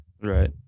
Right